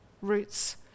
roots